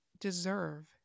deserve